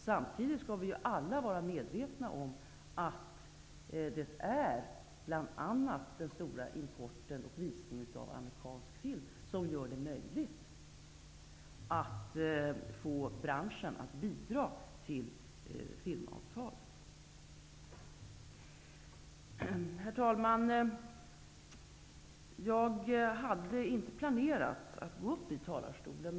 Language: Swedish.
Samtidigt skall vi vara medvetna om att det bl.a. är den stora importen och visningen av amerikansk film som gör det möjligt att få branschen att bidra till filmavtalet. Herr talman! Jag hade inte planerat att gå upp i talarstolen.